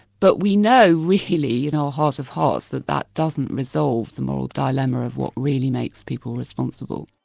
but we know really in our heart of hearts that that doesn't resolve the moral dilemma of what really makes people responsible.